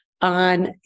On